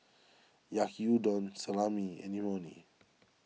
Yaki Udon Salami and Imoni